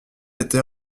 était